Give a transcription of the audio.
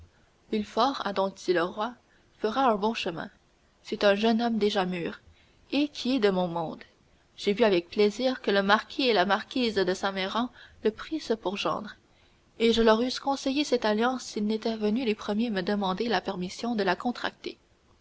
villefort a donc dit le roi fera un bon chemin c'est un jeune homme déjà mûr et qui est de mon monde j'ai vu avec plaisir que le marquis et la marquise de saint méran le prissent pour gendre et je leur eusse conseillé cette alliance s'ils n'étaient venus les premiers me demander permission de la contracter